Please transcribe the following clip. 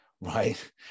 right